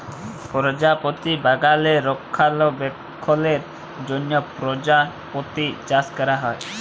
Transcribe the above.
পরজাপতি বাগালে রক্ষলাবেক্ষলের জ্যনহ পরজাপতি চাষ ক্যরা হ্যয়